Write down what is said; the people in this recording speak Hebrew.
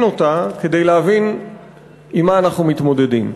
אותה כדי להבין עם מה אנחנו מתמודדים.